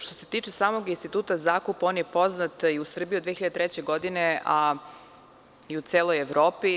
Što se tiče samog instituta zakupa, on je poznat u Srbiji od 2003. godine i u celoj Evropi.